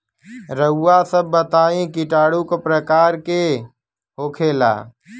रउआ सभ बताई किटाणु क प्रकार के होखेला?